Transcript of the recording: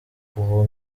uwo